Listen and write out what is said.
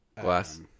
Glass